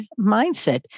mindset